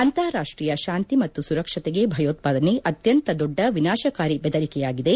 ಅಂತಾರಾಷ್ಟೀಯ ಶಾಂತಿ ಮತ್ತು ಸುರಕ್ಷತೆಗೆ ಭಯೋತ್ಪಾದನೆ ಅತ್ಯಂತ ದೊಡ್ಡ ವಿನಾಶಕಾರಿ ಬೆದರಿಕೆಯಾಗಿದೆ